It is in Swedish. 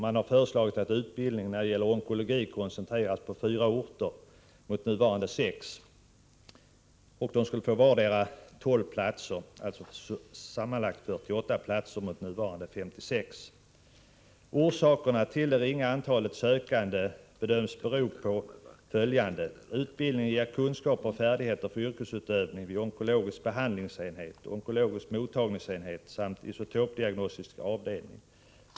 Man har föreslagit att utbildningen när det gäller onkologi skall koncentreras till fyra orter mot som nu sex. De skulle få vardera 12 utbildningsplatser, alltså sammanlagt 48 platser mot nu 56. Orsakerna till det ringa antalet sökande bedöms vara följande. Utbildningen ger kunskaper och färdigheter för yrkesutövning vid onkologisk behandlingsenhet, onkologisk mottagningsenhet samt isotopdiagnostisk avdelning.